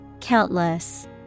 Countless